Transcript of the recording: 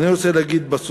אני רוצה להגיד,